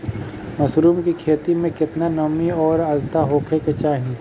Mushroom की खेती में केतना नमी और आद्रता होखे के चाही?